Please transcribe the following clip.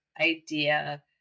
idea